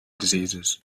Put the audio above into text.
diseases